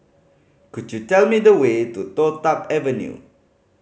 could you tell me the way to Toh Tuck Avenue